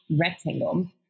rectangle